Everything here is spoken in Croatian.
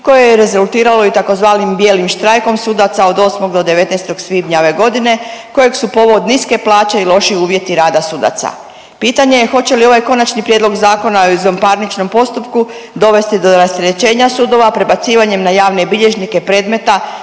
koje je rezultiralo i tzv. bijelim štrajkom sudaca od 8. do 19. svibnja ove godine kojeg su povod niske plaće i loši uvjeti rada sudaca. Pitanje je hoće li ovaj Konačni prijedlog zakona o izvanparničnom postupku dovesti do rasterećenja sudova prebacivanjem na javne bilježnike predmeta